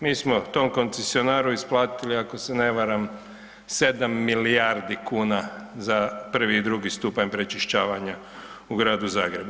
Mi smo tom koncesionaru isplatili ako se ne varam 7 milijardi kuna za prvi i drugi stupanj pročišćavanja u Gradu Zagrebu.